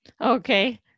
Okay